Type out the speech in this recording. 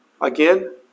again